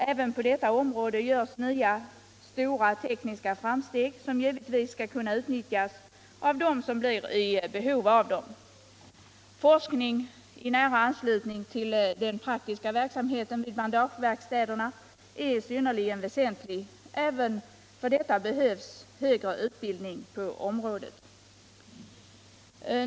Även här görs stora tekniska framsteg, som givetvis skall kunna utnyttjas av dem som blir i behov därav. Forskning i nära anslutning till den praktiska verksamheten vid bandageverkstäderna är synnerligen väsentlig. Även härför behövs högre utbildning på området.